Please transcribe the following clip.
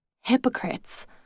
Hypocrites